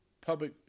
public